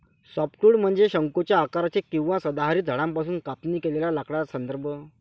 softwood म्हणजे शंकूच्या आकाराचे किंवा सदाहरित झाडांपासून कापणी केलेल्या लाकडाचा संदर्भ